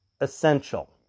essential